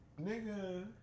Nigga